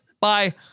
bye